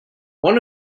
one